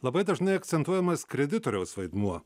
labai dažnai akcentuojamas kreditoriaus vaidmuo